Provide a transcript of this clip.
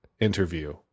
interview